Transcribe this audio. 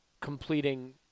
completing